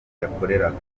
yakoreraga